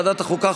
44 נגד.